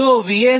તો VSVR